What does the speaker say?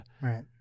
Right